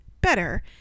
better